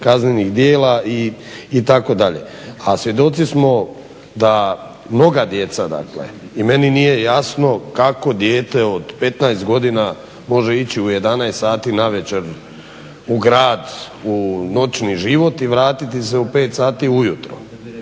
kaznenih djela itd., a svjedoci smo da mnoga djeca dakle, i meni nije jasno kako dijete od 15 godina može ići u 11 sati navečer u grad u noćni život i vratiti se u sati ujutro.